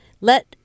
Let